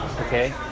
okay